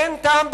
אין טעם,